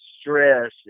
stress